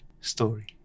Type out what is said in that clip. story